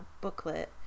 booklet